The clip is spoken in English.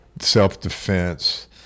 self-defense